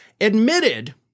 admitted